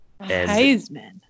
Heisman